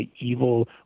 evil